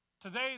Today